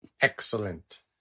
Excellent